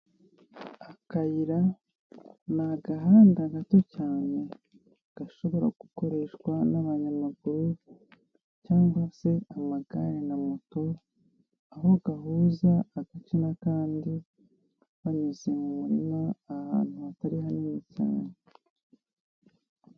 Akayira ni agahanda gato cyane gashobora gukoreshwa n'abanyamaguru cyangwa se amagare na moto aho gahuza agace n'akandi banyuze mu murima ahantu hatari hanini cyane.